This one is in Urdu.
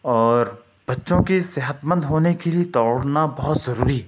اور بچوں کی صحتمند ہونے کے لیے دوڑنا بہت ضروری ہے